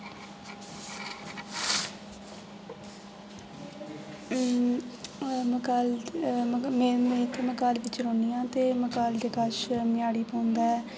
अ म मगाल में में मगाल बिच रौह्न्नी आं ते मगाल दे कश मेआड़ी पौंदा ऐ